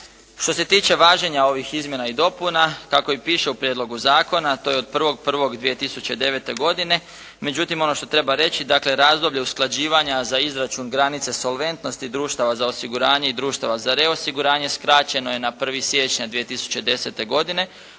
Što se tiče važenja ovih izmjena i dopuna, tako i piše u prijedlogu zakona, to od 1.1.2009. godine, međutim ono što treba reći, dakle razdoblje usklađivanja za izračun granice solventnosti društava za osiguranje i društava za reosiguranje skraćeno je na 1. siječnja 2010. godine